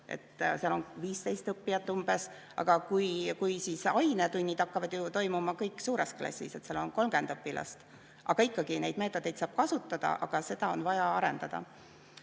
seal on 15 õppijat umbes, aga ainetunnid hakkavad toimuma kõik suures klassis, seal on 30 õpilast. Aga ikkagi neid meetodeid saab kasutada, seda on lihtsalt vaja arendada.